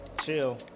Chill